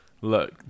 Look